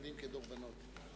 מלים כדרבונות.